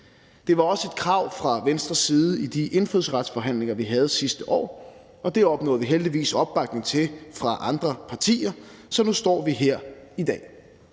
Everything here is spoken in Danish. Det var også et krav fra Venstres side i de indfødsretsforhandlinger, vi havde sidste år, og det opnåede vi heldigvis opbakning til fra andre partier, så nu står vi her i dag,